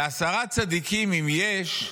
בעשרה צדיקים, אם יש,